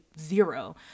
zero